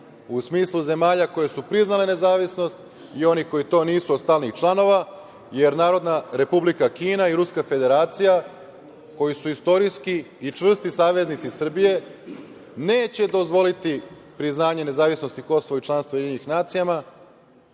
u smislu zemalja koje su priznale nezavisnost i oni koji to nisu od stalnih članova, jer Narodna Republika Kina i Ruska Federacija koji su istorijski i čvrsti saveznici Srbije neće dozvoliti priznanje nezavisnosti Kosova i članstvo u UN,